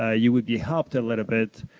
ah you would be helped a little bit.